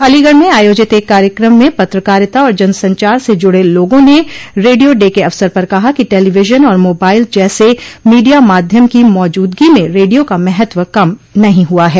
अलीगढ़ में आयोजित एक कार्यक्रम में पत्रकारिता और जनसंचार से जुड़े लोगों ने रेडियो डे के अवसर पर कहा कि टेलीविजन और मोबाइल जैसे मीडिया माध्यम की मौजूदगी में रेडियो का महत्व कम नहीं हुआ है